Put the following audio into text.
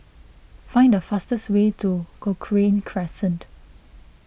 find the fastest way to Cochrane Crescent